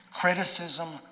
Criticism